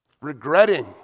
regretting